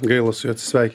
gaila su juo atsisveikint